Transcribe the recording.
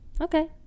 okay